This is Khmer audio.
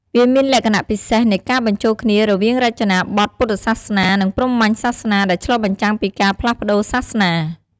វាមានលក្ខណៈពិសេសនៃការបញ្ចូលគ្នារវាងរចនាបថពុទ្ធសាសនា និងព្រហ្មញ្ញសាសនា ដែលឆ្លុះបញ្ចាំងពីការផ្លាស់ប្តូរសាសនា។